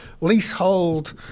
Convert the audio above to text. leasehold